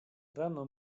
rano